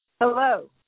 Hello